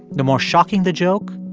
the more shocking the joke,